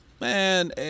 man